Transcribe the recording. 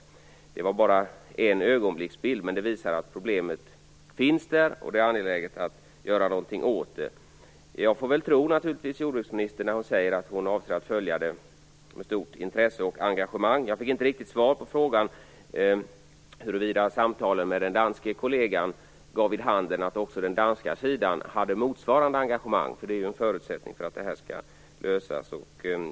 Det här var bara en ögonblicksbild, men det visar att problemet finns där och att det är angeläget att göra något åt det. Jag får väl tro jordbruksministern när hon säger att hon avser att följa frågan med stort intresse och engagemang. Jag fick inte riktigt svar på frågan om huruvida samtalen med den danske kollegan gav vid handen att också den danska sidan hade motsvarande engagemang. Det är ju en förutsättning för att det här skall lösas.